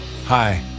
hi